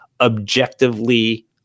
objectively